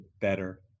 better